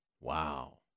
Wow